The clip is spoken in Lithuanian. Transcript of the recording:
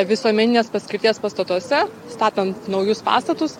visuomeninės paskirties pastatuose statant naujus pastatus